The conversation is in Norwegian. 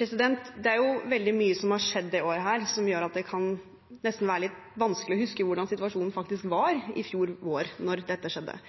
Det er veldig mye som har skjedd dette året, noe som gjør at det nesten kan være litt vanskelig å huske hvordan situasjonen faktisk var i fjor vår, da dette skjedde.